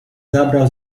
zabrał